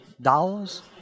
dollars